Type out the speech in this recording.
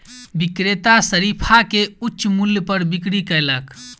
विक्रेता शरीफा के उच्च मूल्य पर बिक्री कयलक